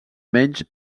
menys